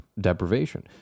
deprivation